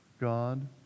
God